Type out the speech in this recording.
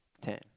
Ten